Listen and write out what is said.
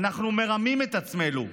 "אנחנו מרמים את עצמנו,